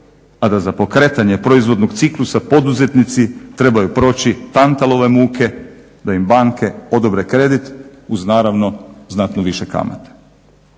a da za pokretanje proizvodnog ciklusa poduzetnici trebaju proći Tantalove muke da im banke odobre kredit uz naravno znatno više kamata.